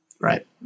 right